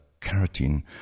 carotene